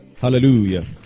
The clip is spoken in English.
Hallelujah